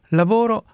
lavoro